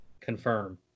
Confirm